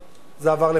זה עבר לפאשיזם,